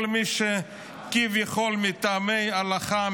כל מי שכביכול מתנגד מטעמי הלכה,